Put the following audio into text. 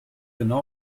genau